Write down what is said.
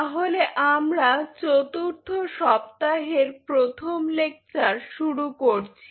তাহলে আমরা চতুর্থ সপ্তাহের প্রথম লেকচার শুরু করছি